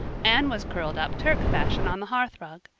anne was curled up turk-fashion on the hearthrug,